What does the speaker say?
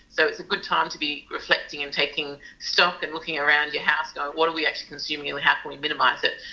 so it's a good time to be reflecting and taking stock and looking around your house what are we actually consuming and how can we minimise it?